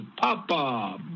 Papa